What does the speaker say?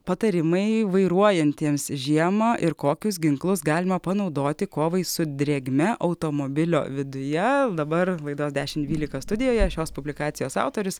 patarimai vairuojantiems žiemą ir kokius ginklus galima panaudoti kovai su drėgme automobilio viduje dabar laidos dešimt dvylika studijoje šios publikacijos autorius